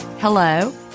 hello